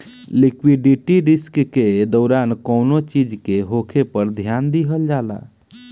liquidity risk के दौरान कौनो चीज के होखे पर ध्यान दिहल जाला